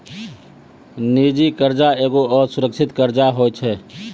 निजी कर्जा एगो असुरक्षित कर्जा होय छै